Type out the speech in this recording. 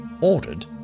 Ordered